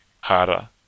harder